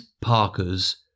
Parker's